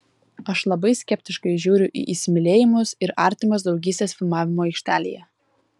aš labai skeptiškai žiūriu į įsimylėjimus ir artimas draugystes filmavimo aikštelėje